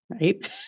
right